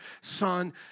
Son